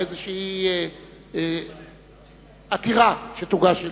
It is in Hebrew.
באיזו עתירה שתוגש אליה.